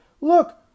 look